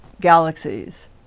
galaxies